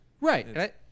right